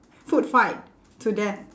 food fight to death